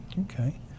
Okay